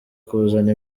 kuzana